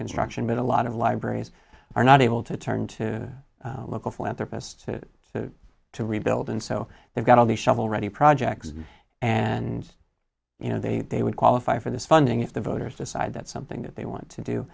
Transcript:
construction but a lot of libraries are not able to turn to local philanthropist to rebuild and so they've got all the shovel ready projects and you know they they would qualify for this funding if the voters decide that something that they want to do